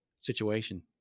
situation